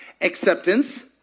acceptance